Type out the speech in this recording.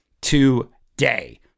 today